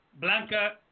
Blanca